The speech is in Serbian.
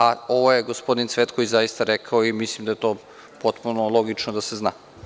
A, ovo je gospodin Cvetković zaista rekao i mislim da je to potpuno logično da se zna.